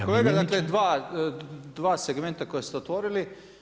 Kolega dakle dva segmenta koja ste otvorili.